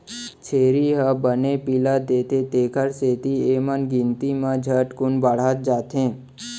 छेरी ह बने पिला देथे तेकर सेती एमन गिनती म झटकुन बाढ़त जाथें